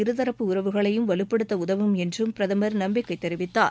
இருதரப்பு உறவுகளையும் வலுப்படுத்த உதவும் என்றும் பிரதமர் நம்பிக்கை தெரிவித்தார்